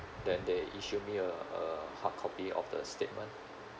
then they issue me a a hardcopy of the statement